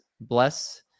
Bless